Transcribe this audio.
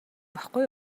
байхгүй